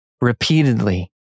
Repeatedly